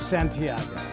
Santiago